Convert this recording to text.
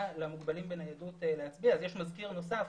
למוגבלים בניידות להצביע כך שיש מזכיר נוסף